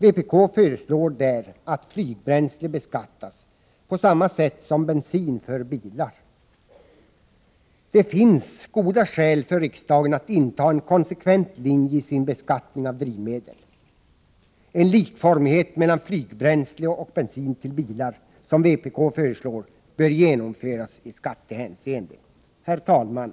Vpk föreslår där att flygbränsle beskattas på samma sätt som bensin för bilar. Det finns goda skäl för riksdagen att inta en konsekvent linje i fråga om beskattningen av drivmedel. Likformighet mellan flygbränsle och bensin till bilar, som vpk föreslår, bör genomföras i skattehänseende. Herr talman!